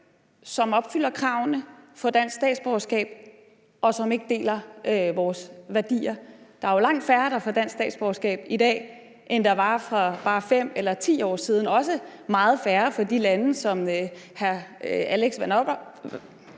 som opfylder kravene for at få dansk statsborgerskab, og som ikke deler vores værdier? Der er jo langt færre, der får dansk statsborgerskab i dag, end der var for bare 5 eller 10 år siden, også langt færre fra de lande, som hr. Alex Vanopslagh